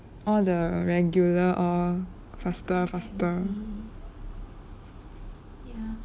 all the regular all faster faster